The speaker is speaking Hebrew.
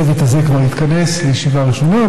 הצוות הזה כבר התכנס לישיבה ראשונה,